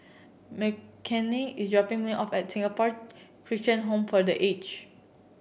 Mckinley is dropping me off at Singapore Christian Home for The Aged